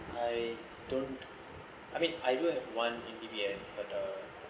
I don't I mean I will have one in D_B_S but uh